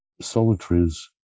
solitaries